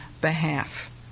behalf